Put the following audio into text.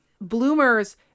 bloomers